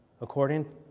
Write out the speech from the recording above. According